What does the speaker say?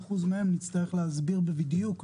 25% מהם נצטרך להסביר בדיוק,